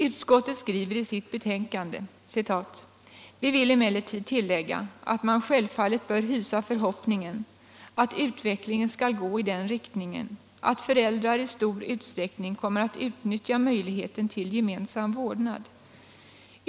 Utskottet skriver i sitt betänkande: ”Utskottet vill emellertid tillägga att man självfallet bör hysa förhoppningen att utvecklingen skall gå i den riktningen att föräldrar i stor utsträckning kommer att utnyttja möjligheten till gemensam vårdnad.